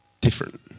different